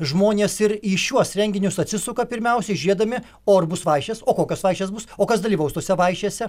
žmonės ir į šiuos renginius atsisuka pirmiausia žiūrėdami o ar bus vaišės o kokios vaišės bus o kas dalyvaus tose vaišėse